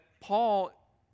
Paul